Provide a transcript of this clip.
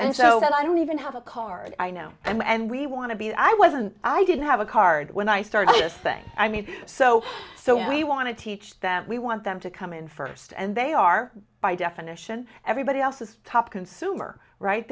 and so i don't even have a card i know and we want to be i wasn't i didn't have a card when i started this thing i mean so so we want to teach them we want them to come in first and they are by definition everybody else is top consumer right